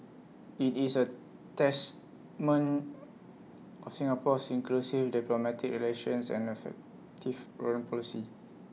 IT is A testament of Singapore's inclusive diplomatic relations and effective foreign policy